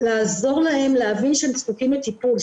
לעזור להם להבין שהם זקוקים לטיפול.